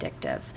addictive